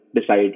decide